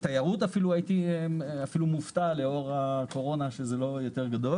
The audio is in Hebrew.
לאור הקורונה הייתי מופתע שתיירות הוא לא באחוז יותר גדול.